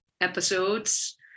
episodes